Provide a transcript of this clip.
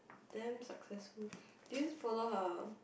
damn successful did you follow her